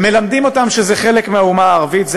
הם מלמדים אותם שזה חלק מהאומה הערבית.